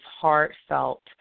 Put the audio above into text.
heartfelt